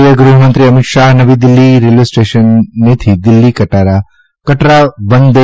કેન્દ્રીય ગૃહમંત્રી અમિત શાહ નવી દિલ્ફી રેલવે સ્ટેશનથી દિલ્હી કટરા વંદે